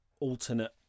alternate